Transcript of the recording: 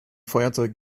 feuerzeug